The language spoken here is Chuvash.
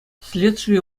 следстви